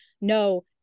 no